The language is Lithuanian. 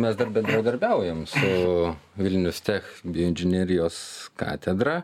mes dar bendradarbiaujam su vilnius tech bioinžinerijos katedra